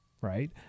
Right